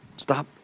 stop